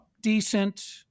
Decent